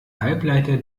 halbleiter